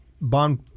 bond